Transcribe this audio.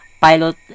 pilot